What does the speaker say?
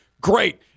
great